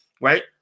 right